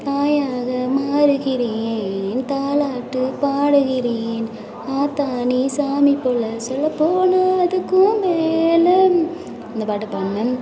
இந்த பாட்டை பாடினேன்